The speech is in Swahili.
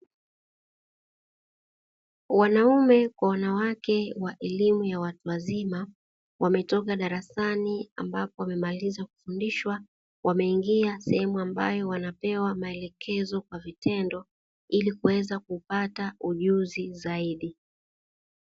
Wanaume kwa wanawake wa elimu ya watu wazima, wametoka darasani ambapo wamemaliza kufundishwa, wameingia sehemu ambayo wanapewa maelekezo kwa vitendo, ili kuweza kupata ujuzi zaidi.